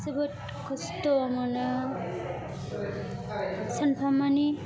जोबोद खस्त' मोनो सानफा मानि